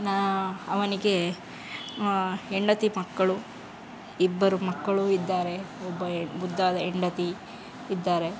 ಅವನಿಗೆ ಹೆಂಡತಿ ಮಕ್ಕಳು ಇಬ್ಬರು ಮಕ್ಕಳು ಇದ್ದಾರೆ ಒಬ್ಬ ಎ ಮುದ್ದಾದ ಹೆಂಡತಿ ಇದ್ದಾರೆ